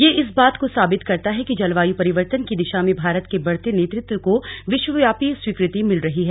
यह इस बात को साबित करता है कि जलवायू परिवर्तन की दिशा में भारत के बढ़ते नेतत्व को विश्वव्यापी स्वीकृति मिल रही है